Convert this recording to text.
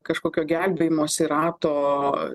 kažkokio gelbėjimosi rato